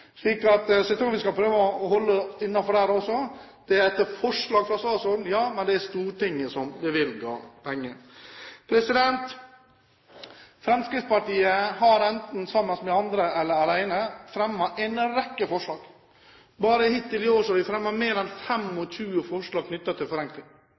Jeg tror vi skal prøve å holde oss innenfor der også. Det er gjort etter forslag fra statsråden, ja, men det er Stortinget som bevilger penger. Fremskrittspartiet har enten sammen med andre eller alene fremmet en rekke forslag. Bare hittil i år har vi fremmet mer enn 25 forslag knyttet til forenkling.